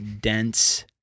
dense